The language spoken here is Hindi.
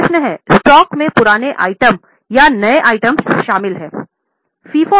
अब प्रश्न हैस्टॉक में पुराने आइटम या नए आइटम शामिल हैं